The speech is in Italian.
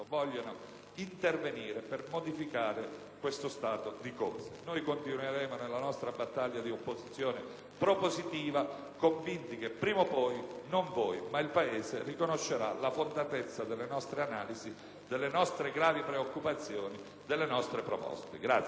intervenire per modificare questo stato di cose. Continueremo nella nostra battaglia di opposizione propositiva, convinti che prima o poi non voi, ma il Paese riconoscerà la fondatezza delle nostre analisi, delle nostre gravi preoccupazioni, delle nostre proposte.